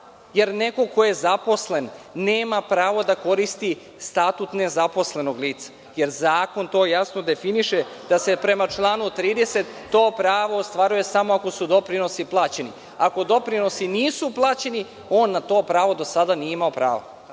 jer neko ko je zaposlen nema pravo da koristi statut nezaposlenog lica. Zakon jasno definiše da se prema članu 30. to pravo ostvaruje samo ako su doprinosi plaćeni. Ako doprinosi nisu plaćeni, on na to pravo do sada nije imao pravo.